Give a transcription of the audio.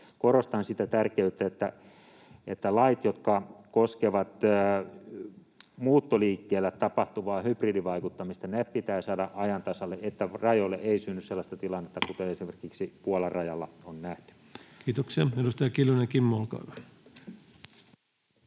Korostan sen tärkeyttä, että lait, jotka koskevat muuttoliikkeellä tapahtuvaa hybridivaikuttamista, pitää saada ajan tasalle, niin että rajoille ei synny sellaista tilannetta, mikä esimerkiksi Puolan rajalla on nähty. [Speech 167] Speaker: Ensimmäinen